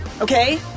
Okay